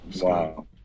Wow